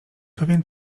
pewien